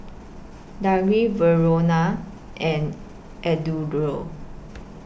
Dagny Verona and Eduardo